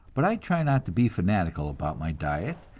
but i try not to be fanatical about my diet,